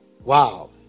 Wow